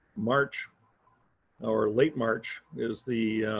march or late march is the